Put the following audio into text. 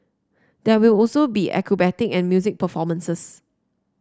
there will also be acrobatic and music performances